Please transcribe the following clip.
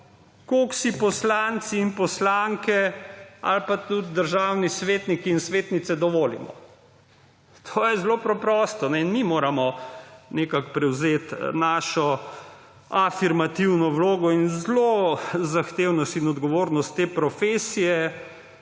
koliko si poslanci in poslanke ali pa tudi državni svetniki in svetnice dovolimo. To je zelo preprosto. Mi moramo nekako prevzeti našo afirmativno vlogo in zahtevnost in odgovornost te profesije.